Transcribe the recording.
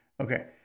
okay